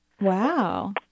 Wow